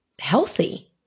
healthy